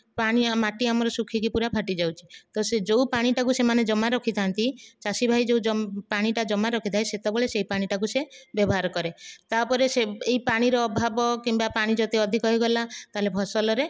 ପାଣି ମାଟି ଆମର ଶୁଖିକି ପୂରା ଫାଟିଯାଉଛି ତ ସେ ଯେଉଁ ପାଣିକୁ ସେମାନେ ଜମା ରଖିଥାନ୍ତି ଚାଷୀ ଭାଇ ଯେଉଁ ପାଣିଟା ଜମା ରଖିଥାଏ ସେତେବେଳେ ସେ ପାଣିକୁ ସେ ବ୍ୟବହାର କରେ ତାପରେ ସେ ଏହି ପାଣିର ଅଭାବ କିମ୍ବା ପାଣି ଯଦି ଅଧିକ ହେଇଗଲା ତାହେଲେ ଫସଲରେ